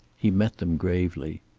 he met them gravely.